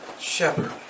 shepherd